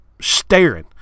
staring